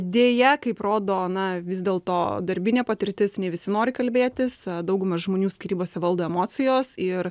deja kaip rodo na vis dėl to darbinė patirtis ne visi nori kalbėtis daugumą žmonių skyrybose valdo emocijos ir